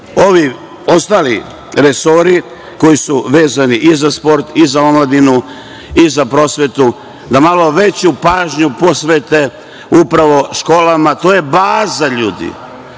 ovi ostali resori, koji su vezani i za sport, i za omladinu, i za prosvetu da malo veću pažnju posvete upravo školama. To je baza ljudi.Zašto